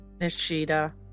Nishida